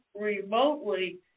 remotely